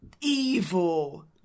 evil